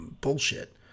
bullshit